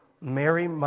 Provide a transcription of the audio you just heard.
Mary